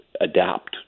adapt